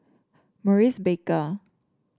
Maurice Baker